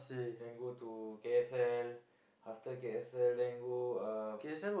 then go to K_S_L after K_S_L then go uh